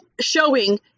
showing